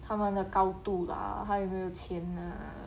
他们的高度啦他有没有钱啊